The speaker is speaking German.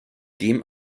dem